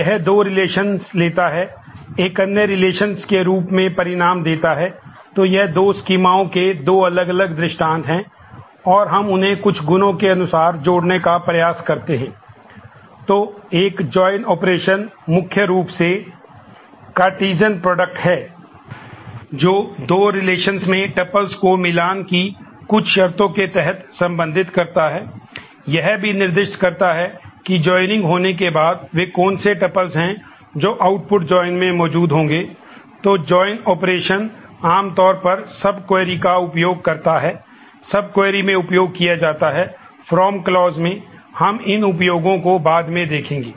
यह दो रिलेशंस में हम उन उपयोगों को बाद में देखेंगे